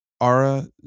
Ara